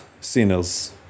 sinners